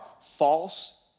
false